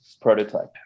prototype